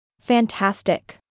Fantastic